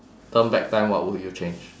turn back time what would you change